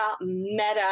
meta